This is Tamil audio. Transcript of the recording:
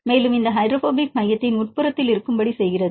மேலும் இந்த ஹைட்ரோபோபிக் மையத்தின் உட்புறத்தில் இருக்கும்படி செய்கிறது